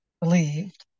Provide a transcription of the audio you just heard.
believed